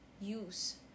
use